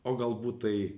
o galbūt tai